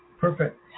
Perfect